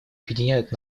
объединяют